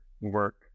work